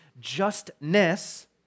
justness